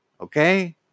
Okay